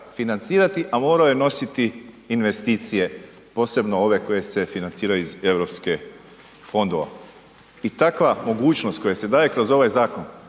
a morao je nositi investicije, posebno ove koje se financiraju iz eu fondova. I takva mogućnost koja se daje kroz ovaj zakon